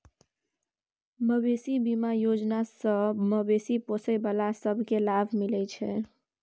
मबेशी बीमा योजना सँ मबेशी पोसय बला सब केँ लाभ मिलइ छै